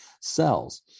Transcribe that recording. cells